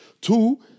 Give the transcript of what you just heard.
two